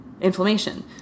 inflammation